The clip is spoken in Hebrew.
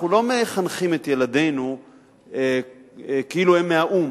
אנחנו לא מחנכים את ילדינו כאילו הם מהאו"ם,